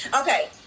okay